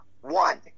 one